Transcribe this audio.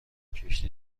کشتی